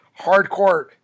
hardcore